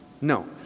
no